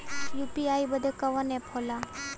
UPI बदे कवन app होला?